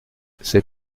c’est